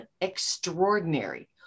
extraordinary